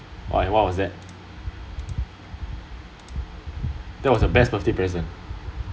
why what was that that was the best birthday present